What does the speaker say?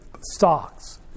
stocks